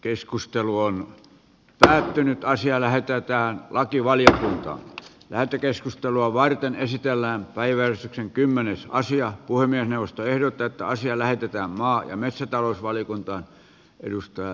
keskustelu on päättynyt ja asia lähetetään lakivaliokuntaan lähetekeskustelua varten esitellään päivää sitten kymmenessä asiaa puhemiesneuvosto ehdottaa että asia lähetetään maa ja metsätalousvaliokuntaan